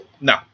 No